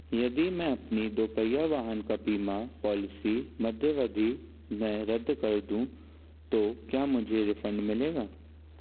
यदि मैं अपनी दोपहिया वाहन का बीमा पॉलिसी मध्यावधि में रद्द कर दूँ तो क्या मुझे रिफ़ंड मिलेगा